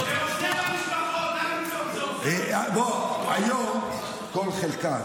תקשיב --- זה עוזר למשפחות --- היום כל חלקה,